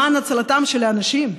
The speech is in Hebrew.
למען הצלתם של האנשים,